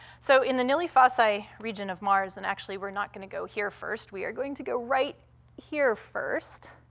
so in the nili fossae region of mars and actually, we're not gonna go here first, we are going to go right here first